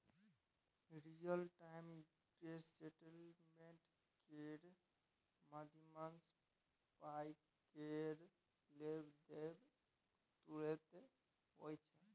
real time gross settlement केर माध्यमसँ पाइ केर लेब देब तुरते होइ छै